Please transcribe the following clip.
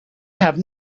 have